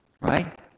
right